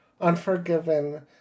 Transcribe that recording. Unforgiven